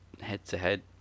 head-to-head